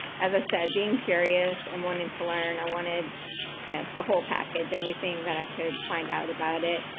as i said, being curious and wanting to learn, i wanted you know the whole package, everything that i could find out about it.